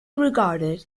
regarded